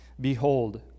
Behold